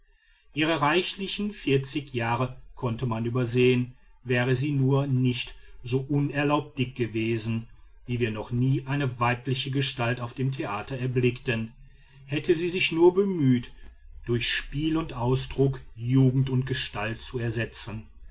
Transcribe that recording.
ihre reichlichen vierzig jahre konnte man übersehen wäre sie nur nicht so unerlaubt dick gewesen wie wir noch nie eine weibliche gestalt auf dem theater erblickten hätte sie sich nur bemüht durch spiel und ausdruck jugend und gestalt zu ersetzen